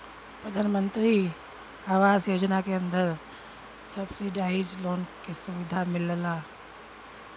प्रधानमंत्री आवास योजना के अंदर सब्सिडाइज लोन क सुविधा मिलला